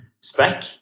spec